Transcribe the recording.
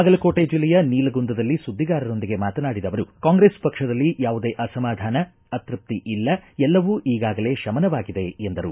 ಬಾಗಲಕೋಟೆ ಜಿಲ್ಲೆಯ ನೀಲಗುಂದದಲ್ಲಿ ಸುದ್ದಿಗಾರರೊಂದಿಗೆ ಮಾತನಾಡಿದ ಅವರು ಕಾಂಗ್ರೆಸ್ ಪಕ್ಷದಲ್ಲಿ ಯಾವುದೇ ಅಸಮಾಧಾನ ಅತೃಪ್ತಿಯಿಲ್ಲ ಎಲ್ಲವೂ ಈಗಾಗಲೇ ಶಮನವಾಗಿದೆ ಎಂದರು